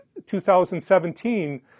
2017